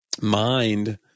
mind